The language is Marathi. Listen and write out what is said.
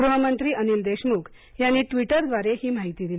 गृहमंत्री अनिल देशमुख यांनी ट्विटरद्वारे ही माहिती दिली